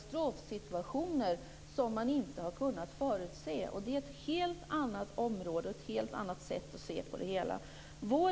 Det är ett helt annat område och ett helt annat sätt att se på det hela.